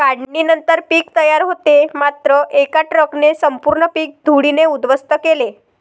काढणीनंतर पीक तयार होते मात्र एका ट्रकने संपूर्ण पीक धुळीने उद्ध्वस्त केले